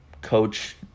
coach